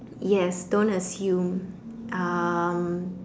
yes don't assume um